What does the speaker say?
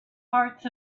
hearts